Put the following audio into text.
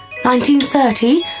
1930